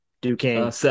Duquesne